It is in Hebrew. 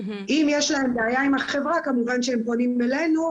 אם יש להם בעיה עם החברה כמובן שהם פונים אלינו,